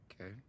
Okay